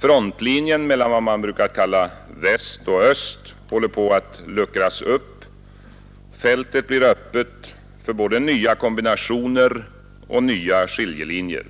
Frontlinjen mellan vad som brukar kallas ”väst” och ”öst” håller på att luckras upp och fältet blir öppet för både nya kombinationer och nya skiljelinjer.